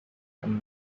and